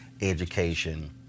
education